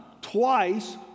twice